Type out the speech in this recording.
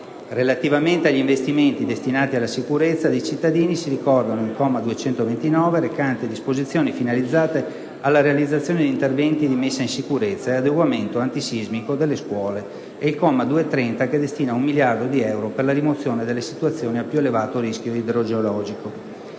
Relativamente agli investimenti destinati alla sicurezza dei cittadini si ricordano il comma 229, recante disposizioni finalizzate alla realizzazione di interventi di messa in sicurezza ed adeguamento antisismico delle scuole, e il comma 230, che destina un miliardo di euro per la rimozione delle situazioni a più elevato rischio idrogeologico.